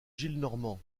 gillenormand